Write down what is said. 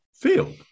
field